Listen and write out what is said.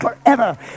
forever